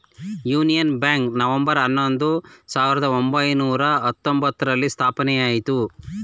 union bank November ಹನ್ನೊಂದು, ಸಾವಿರದ ಒಂಬೈನೂರ ಹತ್ತೊಂಬ್ತರಲ್ಲಿ ಸ್ಥಾಪನೆಯಾಯಿತು